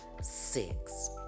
Six